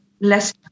less